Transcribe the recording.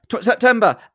September